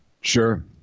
sure